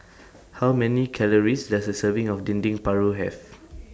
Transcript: How Many Calories Does A Serving of Dendeng Paru Have